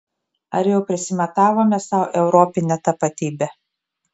ar jau prisimatavome sau europinę tapatybę